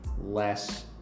less